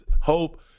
hope